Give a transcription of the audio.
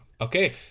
okay